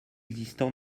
existants